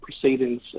proceedings